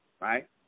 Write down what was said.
Right